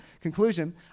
conclusion